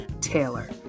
Taylor